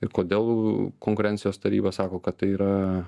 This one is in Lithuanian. ir kodėl konkurencijos taryba sako kad tai yra